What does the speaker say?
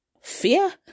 Fear